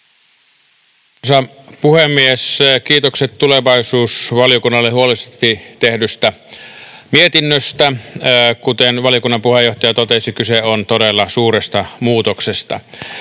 Arvoisa puhemies! Kiitokset tulevaisuusvaliokunnalle huolellisesti tehdystä mietinnöstä. Kuten valiokunnan puheenjohtaja totesi, kyse on todella suuresta muutoksesta.